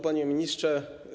Panie Ministrze!